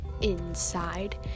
inside